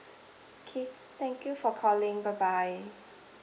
okay thank you for calling bye bye